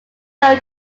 low